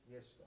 Yes